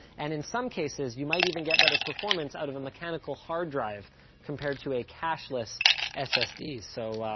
and, in some cases, you might even get better performance out of a mechanical hard drive compared to a cashless ssd. so,